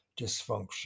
dysfunction